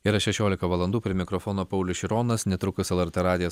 yra šešiolika valandų prie mikrofono paulius šironas netrukus lrt radijas